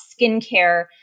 skincare